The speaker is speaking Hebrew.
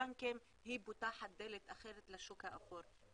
מהבנקים פותחת דלת אחרת לשוק האפור.